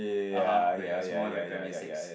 (uh huh) when you're small in primary six